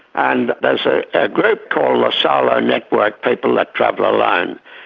and there's a ah group called the solo network, people that travel alone,